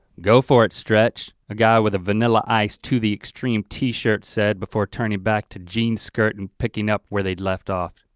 go for it stretch, a guy with a vanilla ice to the extreme t-shirt said before turning back to jean skirt and picking up where they had left off.